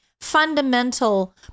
fundamental